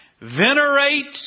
Venerates